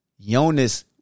Jonas